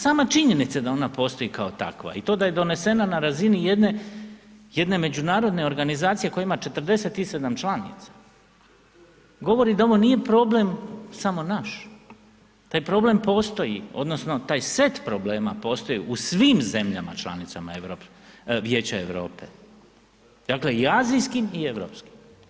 Sama činjenica da ona postoji kao takva i to da je donesena na razini jedne međunarodne organizacije koja ima 47 članica govori da ovo nije problem samo naš, taj problem postoji, odnosno taj set problema postoji u svim zemljama članicama Vijeća Europe, dakle i azijskim i europskim.